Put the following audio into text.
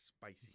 spicy